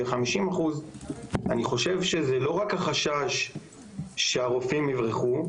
50%. אני חושב שזה לא רק החשש שהרופאים יברחו.